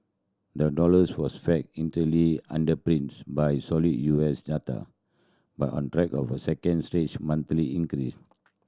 the dollar was flat initially underpinned by solid U S data but on track of a second straight monthly increase